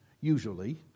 usually